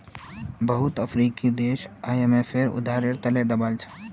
बहुत अफ्रीकी देश आईएमएफेर उधारेर त ल दबाल छ